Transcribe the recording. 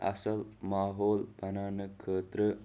اَصٕل ماحول بَناونہٕ خٲطرٕ